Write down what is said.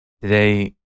Today